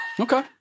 Okay